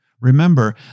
Remember